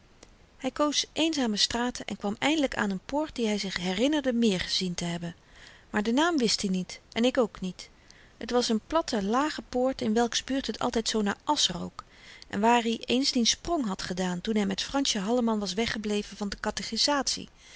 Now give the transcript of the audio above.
hy koos eenzame straten en kwam eindelyk aan n poort die hy zich herinnerde meer gezien te hebben maar den naam wist i niet en ik ook niet t was n platte lage poort in welks buurt het altyd zoo naar asch rook en waar i eens dien sprong had gedaan toen hy met fransje halleman was weggebleven van de